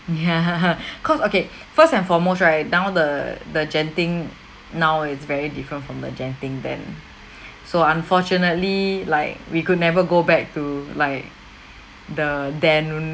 cause okay first and foremost right now the the genting now is very different from the genting then so unfortunately like we could never go back to like the then